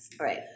Right